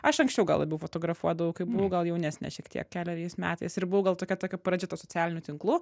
aš anksčiau gal labiau fotografuodavau kai buvau gal jaunesnė šiek tiek keleriais metais ir buvau gal tokia tokia pradžia tų socialinių tinklų